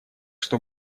что